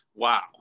Wow